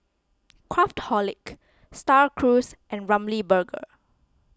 Craftholic Star Cruise and Ramly Burger